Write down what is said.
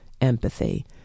empathy